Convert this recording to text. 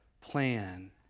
plan